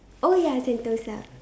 oh ya Sentosa